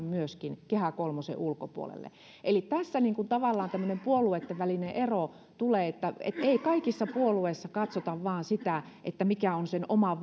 myöskin kehä kolmosen ulkopuolelle eli tässä tavallaan tämmöinen puolueitten välinen ero tulee että ei kaikissa puolueissa katsota vain sitä mikä on sen oman